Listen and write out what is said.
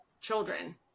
children